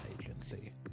agency